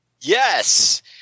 Yes